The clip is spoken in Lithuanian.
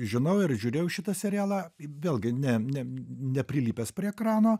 žinau ir žiūrėjau šitą serialą vėlgi ne ne neprilipęs prie ekrano